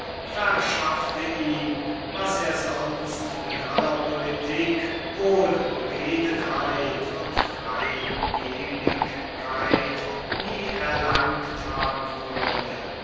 verschaffte ihm was er sonst mit aller politik wohlredenheit und freigebigkeit nie erlangt haben würde